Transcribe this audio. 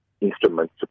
instruments